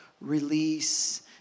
release